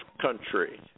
country